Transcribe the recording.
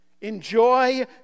Enjoy